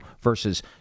versus